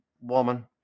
woman